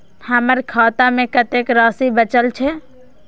हमर खाता में कतेक राशि बचल छे?